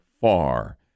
far